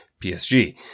PSG